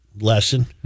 lesson